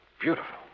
Beautiful